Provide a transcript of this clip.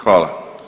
Hvala.